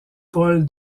paul